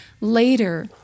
later